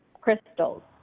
crystals